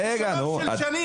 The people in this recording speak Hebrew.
--- של שנים,